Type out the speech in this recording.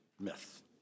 myth